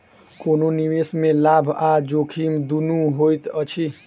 कोनो निवेश में लाभ आ जोखिम दुनू होइत अछि